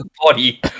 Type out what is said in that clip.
body